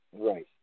Right